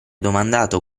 domandato